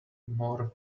more